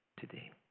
today